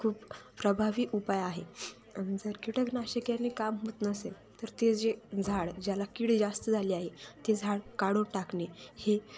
खूप प्रभावी उपाय आहे जर कीटकनाशकाने काम होत नसेल तर ते जे झाड ज्याला कीड जास्त झाली आहे ते झाड काढून टाकणे हे